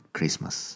Christmas